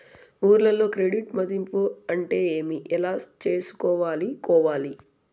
ఊర్లలో క్రెడిట్ మధింపు అంటే ఏమి? ఎలా చేసుకోవాలి కోవాలి?